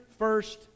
first